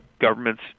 government's